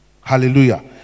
Hallelujah